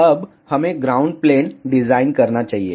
अब हमें ground plane design करना चाहिए